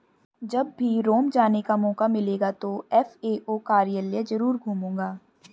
जब भी रोम जाने का मौका मिलेगा तो एफ.ए.ओ कार्यालय जरूर घूमूंगा